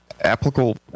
applicable